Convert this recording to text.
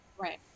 right